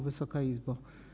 Wysoka Izbo!